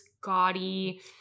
gaudy